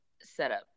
setup